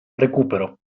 recupero